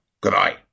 Goodbye